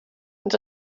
and